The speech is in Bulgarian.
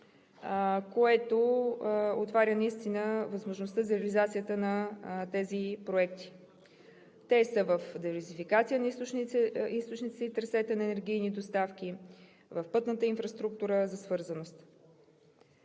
което отваря възможността за реализацията на тези проекти. Те са в диверсификацията на източници и трасета на енергийни доставки, в пътната инфраструктура и дигиталната